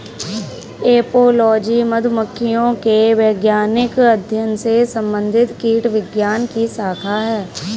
apiology मधुमक्खियों के वैज्ञानिक अध्ययन से संबंधित कीटविज्ञान की शाखा है